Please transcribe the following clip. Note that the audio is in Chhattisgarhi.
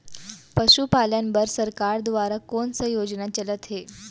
पशुपालन बर सरकार दुवारा कोन स योजना चलत हे?